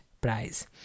prize